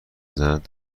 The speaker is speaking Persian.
بزند